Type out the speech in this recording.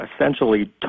essentially